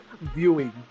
viewing